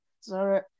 Sorry